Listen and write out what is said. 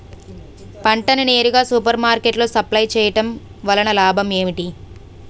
పంట ని నేరుగా సూపర్ మార్కెట్ లో సప్లై చేయటం వలన లాభం ఏంటి?